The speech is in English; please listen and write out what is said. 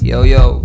Yo-yo